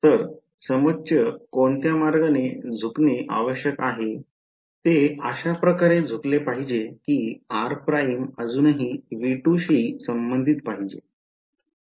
तर समोच्च कोणत्या मार्गाने झुकणे आवश्यक आहे ते अशा प्रकारे झुकले पाहिजे की r प्राइम अजूनही V2 शी संबंधीत पाहिजे